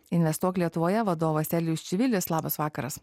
investuok lietuvoje vadovas elvijus čivilis labas vakaras